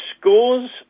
scores